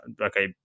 Okay